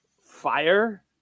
fire